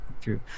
true